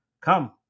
come